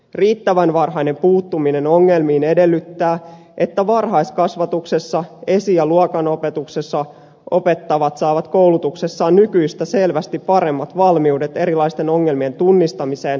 riittävän varhainen puuttuminen ongelmiin edellyttää että varhaiskasvatuksessa esi ja luokanopetuksessa opettavat saavat koulutuksessaan nykyistä selvästi paremmat valmiudet erilaisten ongelmien tunnistamiseen ja käsittelyyn